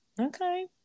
Okay